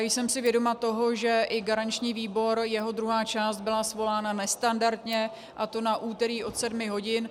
Jsem si vědoma toho, že i garanční výbor, jeho druhá část byla svolána nestandardně, a to na úterý od sedmi hodin.